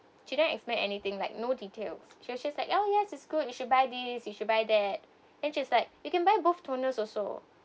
she didn't explain anything like no details she was just like oh yes it's good you should buy this you should buy that and she's like you can buy both toners also